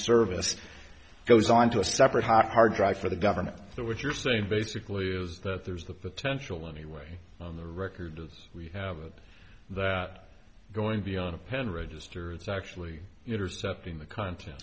service goes onto a separate hot hard drive for the government so what you're saying basically is that there's the potential anyway on the record that we have it that going beyond a pen register is actually intercepting the conte